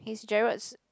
he's Gerald's